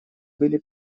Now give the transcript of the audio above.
были